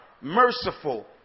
merciful